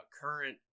current